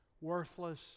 worthless